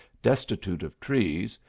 destitute of trees,